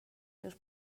seus